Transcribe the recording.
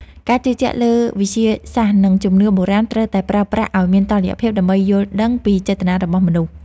ការជឿជាក់លើវិទ្យាសាស្ត្រនិងជំនឿបុរាណត្រូវតែប្រើប្រាស់ឱ្យមានតុល្យភាពដើម្បីយល់ដឹងពីចេតនារបស់មនុស្ស។